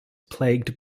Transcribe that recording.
plagued